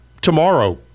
tomorrow